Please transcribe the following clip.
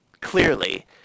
clearly